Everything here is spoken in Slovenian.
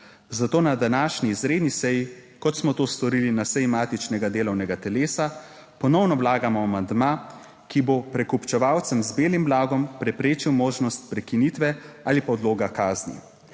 Zato na današnji izredni seji, kot smo to storili na seji matičnega delovnega telesa ponovno vlagamo amandma, ki bo prekupčevalcem z belim blagom preprečil možnost prekinitve ali pa odloga kazni.